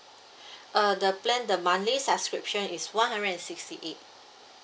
uh the plan the monthly subscription is one hundred and sixty eight